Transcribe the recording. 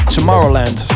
Tomorrowland